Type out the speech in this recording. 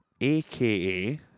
AKA